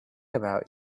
about